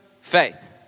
faith